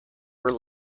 were